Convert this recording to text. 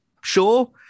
sure